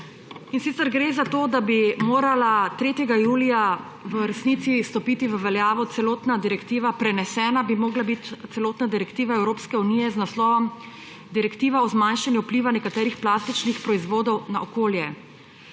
sicer gre za to, da bi morala 3. julija v resnici stopiti v veljavo celotna direktiva, prenesena bi morala biti celotna direktiva Evropske unije z naslovom Direktiva o zmanjšanju vpliva nekaterih plastičnih proizvodov na okolje.